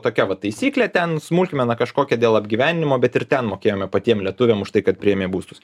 tokia vat taisyklė ten smulkmena kažkokia dėl apgyvendinimo bet ir ten mokėjome patiem lietuviam už tai kad priėmė būstus